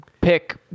pick